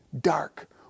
dark